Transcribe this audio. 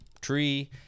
tree